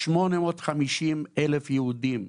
850,000 יהודים,